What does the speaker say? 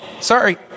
Sorry